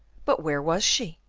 but where was she?